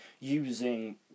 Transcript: using